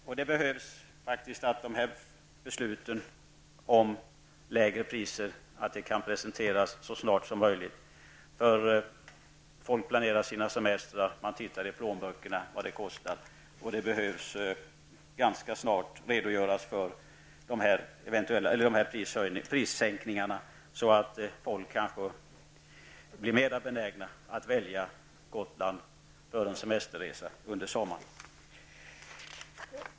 Det är faktiskt nödvändigt att de här besluten om lägre priser kan presenteras så snart som möjligt. Folk planerar sina semestrar, man tittar i plånböckerna och på vad det kostar. Det behövs alltså ganska snart en redogörelse för dessa prissänkningar, så att folk kanske blir mer benägna att välja Gotland för en semesterresa under sommaren.